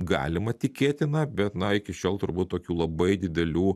galima tikėtina bet na iki šiol turbūt tokių labai didelių